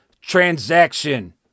transaction